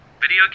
video